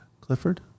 Clifford